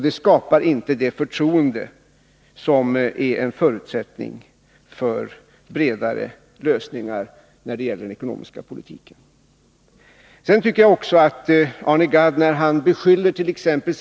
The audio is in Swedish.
Det skapar inte det förtroende som är en förutsättning för bredare lösningar när det gäller den ekonomiska politiken. När Arne Gadd beskyllert.ex.